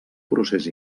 procés